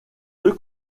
deux